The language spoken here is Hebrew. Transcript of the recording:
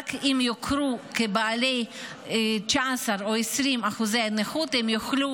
ורק אם יוכרו כבעלי 19% או 20% נכות הם יוכלו